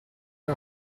era